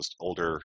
older